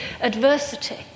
adversity